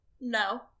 no